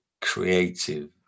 creative